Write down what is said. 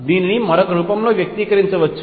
దీనిని మరొక రూపంలో వ్యక్తీకరించవచ్చు